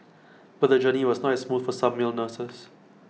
but the journey was not as smooth for some male nurses